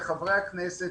לחברי הכנסת,